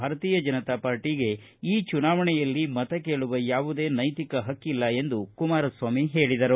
ಭಾರತೀಯ ಜನತಾ ಪಾರ್ಟಗೆ ಈ ಚುನಾವಣೆಯಲ್ಲಿ ಮತ ಕೇಳುವ ಯಾವುದೇ ನೈತಿಕ ಹಕ್ಕಿಲ್ಲ ಎಂದು ಕುಮಾರಸ್ವಾಮಿ ಹೇಳಿದರು